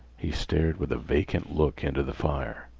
he stared with a vacant look into the fire.